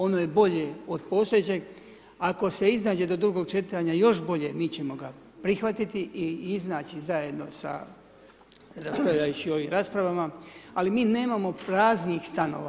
Ono je bolje od postojećeg, ako se iznađe do drugog čitanja, još bolje, mi ćemo ga prihvatiti i iznaći zajedno sa raspravljajući o ovim raspravama, ali mi nemamo praznih stanova.